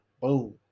boom